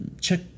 Check